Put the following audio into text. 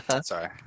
Sorry